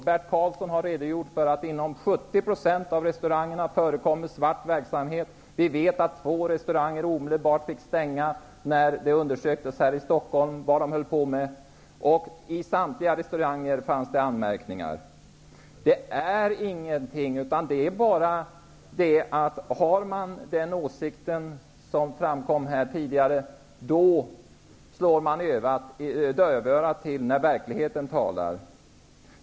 Bert Karlsson har redogjort för att det inom 70 % Vi vet att två restauranger omedelbart fick stänga när det undersöktes vad de höll på med här i Stockholm. Det fanns anmärkningar på samtliga restauranger. Har man den åsikt som framkom här tidigare slår man dövörat till när verkligheten talar.